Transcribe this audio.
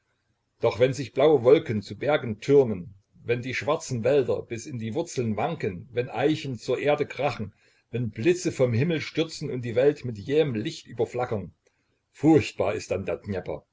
doch wenn sich blaue wolken zu bergen türmen wenn die schwarzen wälder bis in die wurzeln wanken wenn eichen zur erde krachen wenn blitze vom himmel stürzen und die welt mit jähem licht überflackern furchtbar ist dann der